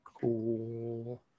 cool